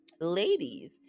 ladies